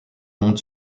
monde